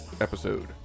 episode